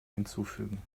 hinzufügen